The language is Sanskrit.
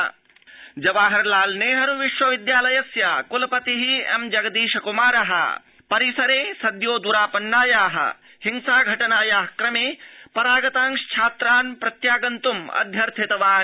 जेएनयू विरोध जवाहरलालनेहरु विश्वविद्यालयस्य कुलपति एम् जगदीश कुमार परिसरे सद्यो द्रापन्नाया हिंसा घटनाया क्रमे परागतांश्छात्रान् प्रत्यागन्तुम् अध्यर्थितवान्